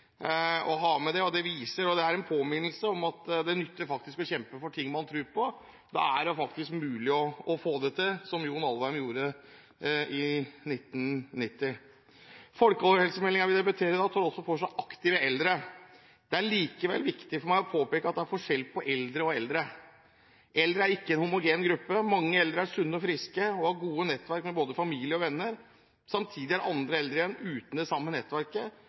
å ha med dette dokumentet fra den gangen, fra 1990. Det er en påminnelse om at det faktisk nytter å kjempe for ting man tror på – det er faktisk mulig å få det til, som John Alvheim gjorde i 1990. Folkehelsemeldingen vi debatterer i dag, tar også for seg aktive eldre. Det er likevel viktig for meg å påpeke at det er forskjell på eldre og eldre. Eldre er ikke en homogen gruppe, og mange eldre er sunne og friske og har gode nettverk med både familie og venner. Samtidig er andre eldre igjen uten det samme nettverket.